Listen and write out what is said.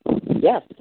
yes